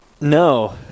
No